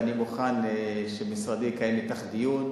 ואני מוכן שמשרדי יקיים אתך דיון,